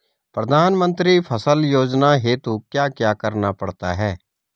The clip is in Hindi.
प्रधानमंत्री फसल योजना हेतु क्या क्या करना पड़ता है?